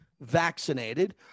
vaccinated